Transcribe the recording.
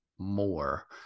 more